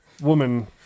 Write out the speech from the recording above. woman